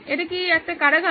এটা কি একটা কারাগার